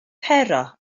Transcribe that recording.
pero